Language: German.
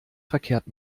verkehrt